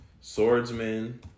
swordsman